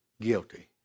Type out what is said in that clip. guilty